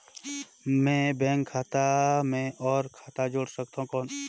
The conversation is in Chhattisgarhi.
मैं बैंक खाता मे और खाता जोड़ सकथव कौन?